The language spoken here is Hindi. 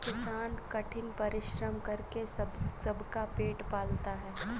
किसान कठिन परिश्रम करके सबका पेट पालता है